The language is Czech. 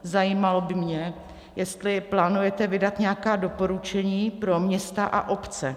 Zajímalo by mě, jestli plánujete vydat nějaká doporučení pro města a obce.